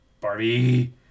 Barbie